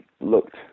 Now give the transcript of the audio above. looked